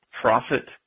profit